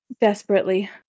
Desperately